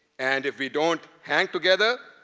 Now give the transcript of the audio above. and if we don't hang together,